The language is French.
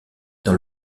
dans